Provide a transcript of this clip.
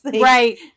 Right